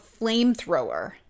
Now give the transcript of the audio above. flamethrower